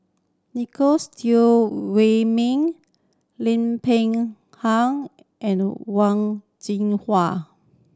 Teo Wei Min Lim Peng Han and Wang Jinhua